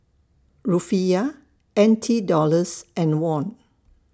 Rufiyaa N T Dollars and Won